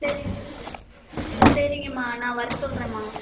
சரி சரிங்கமா நான் வர சொல்கிறேன்மா